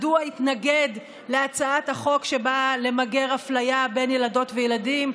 מדוע התנגד להצעת החוק שבאה למגר אפליה בין ילדות וילדים.